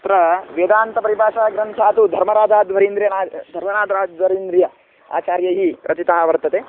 तत्र वेदान्तपरिभाषाग्रन्थः तु धर्मराजाध्वरीन्द्रेण धर्मराद्रा द्वरीन्द्र्य आचार्यैः रचितः वर्तते